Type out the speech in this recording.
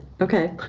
okay